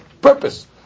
purpose